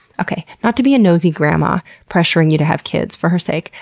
okay, not to be a nosy grandma pressuring you to have kids for her sake,